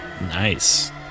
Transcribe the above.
Nice